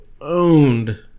owned